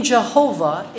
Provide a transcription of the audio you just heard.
Jehovah